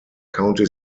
county